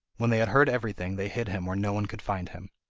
when they had heard everything, they hid him where no one could find him.